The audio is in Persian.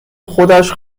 خودش